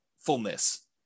fullness